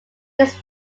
his